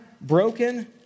broken